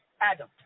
Adam